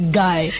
guy